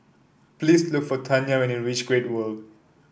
please look for Tanya when you reach Great World